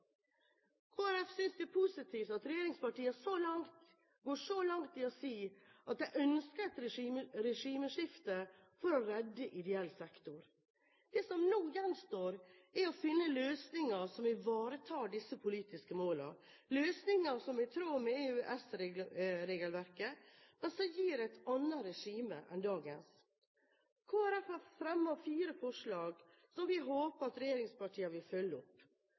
Folkeparti synes det er positivt at regjeringspartiene går så langt i å si at de ønsker et regimeskifte for å redde ideell sektor. Det som nå gjenstår, er å finne løsninger som ivaretar disse politiske målene, løsninger som er i tråd med EØS-regelverket, men som gir et annet regime enn dagens. Kristelig Folkeparti har fremmet fire forslag som vi håper at regjeringspartiene vil følge opp.